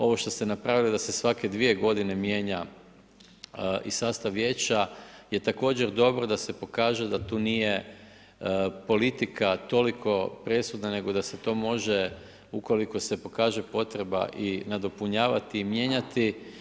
Ovo što ste napravili, da se svake 2 g. mijenja i sastav vijeća je također dobra, da se pokaže da tu nije, politika toliko presudna, nego da se to može, ukoliko se pokaže potreba nadopunjavati i mijenjati.